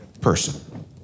person